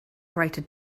greater